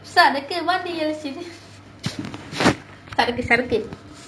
சரக்கு:sarakku what do you sing சரக்கு சரக்கு:sarakku sarakku